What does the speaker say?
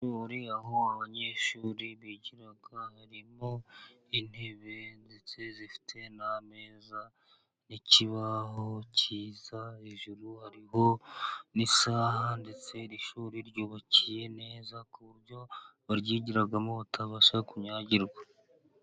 Ishuri aho abanyeshuri bigira harimo intebe ndetse zifite n'ameza n'ikibaho cyiza, hejuru hariho n'isaha, ndetse iri shuri ryubakiye neza ku buryo baryigiramo batabasha kunyagirwa.